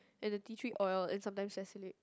and the tea tree oil and sometimes salicylic